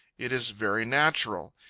it is very natural.